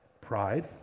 Pride